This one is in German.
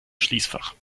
schließfach